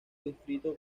distrito